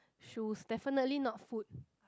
shoes definitely not food